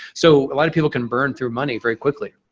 so a lot of people can burn through money very quickly.